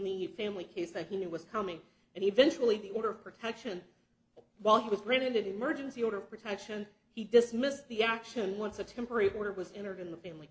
the family case that he knew was coming and eventually the order of protection while he was granted emergency order of protection he dismissed the action once a temporary order was interviewing the family